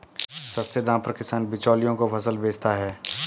सस्ते दाम पर किसान बिचौलियों को फसल बेचता है